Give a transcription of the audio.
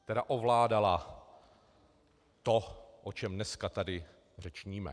Která ovládala to, o čem dneska tady řečníme.